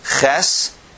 Ches